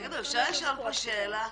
אפשר לשאול שאלה?